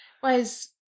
Whereas